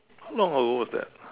long over that